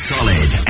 Solid